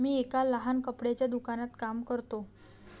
मी एका लहान कपड्याच्या दुकानात काम करतो